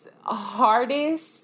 hardest